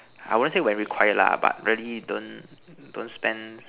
I won't say when required lah but really don't don't spend